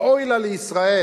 ואוי לה לישראל